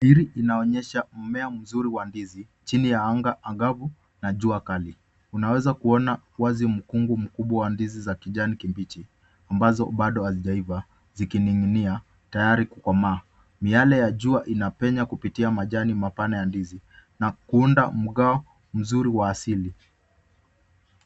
Hili inaonyesha mmea mzuri wa ndizi chini ya anga angavuna jua kali. Unaweza kuona wazi mkungu mkubwa wa ndizi za kijani kibichi ambazo bado hazijaiva zikining'inia tayari kukomaa. Miale ya jua inapenya kupitia majani mapana ya ndizi na kuunda mgao mzuri wa asili.